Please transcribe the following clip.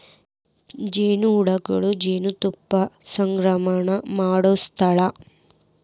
ಜೇನುನೊಣಗಳು ಜೇನುತುಪ್ಪಾ ಸಂಗ್ರಹಾ ಮಾಡು ಸ್ಥಳಾ